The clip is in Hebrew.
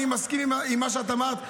אני מסכים עם מה שאמרת,